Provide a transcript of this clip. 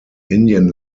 indian